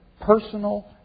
personal